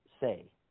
say